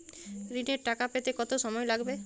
ঋণের টাকা পেতে কত সময় লাগবে?